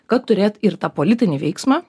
kad turėt ir tą politinį veiksmą